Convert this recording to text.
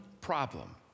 problem